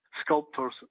sculptors